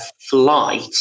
flight